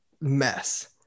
mess